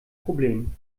problem